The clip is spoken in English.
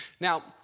Now